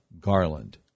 Garland